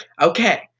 Okay